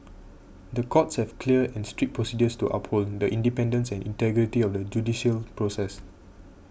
the courts have clear and strict procedures to uphold the independence and integrity of the judicial process